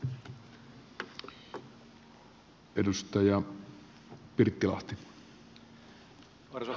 arvoisa puhemies